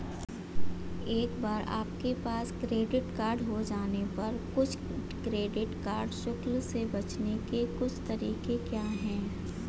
एक बार आपके पास क्रेडिट कार्ड हो जाने पर कुछ क्रेडिट कार्ड शुल्क से बचने के कुछ तरीके क्या हैं?